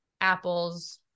apples